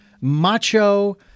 macho